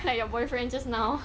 like your boyfriend just now